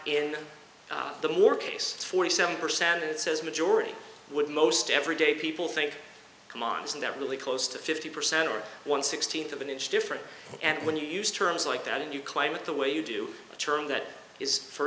in the more case forty seven percent it says majority would most everyday people think come on isn't that really close to fifty percent or one sixteenth of an inch difference and when you use terms like that and you claim it the way you do a term that is for